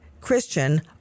Christian